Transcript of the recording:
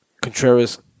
Contreras